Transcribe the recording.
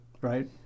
Right